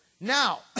Now